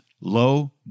low